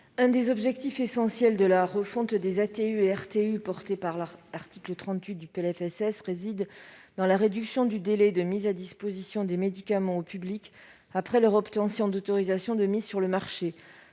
L'un des objectifs essentiels de la refonte des ATU et RTU prévue à l'article 38 est la réduction du délai de mise à disposition des médicaments au public, après obtention d'une autorisation de mise sur le marché.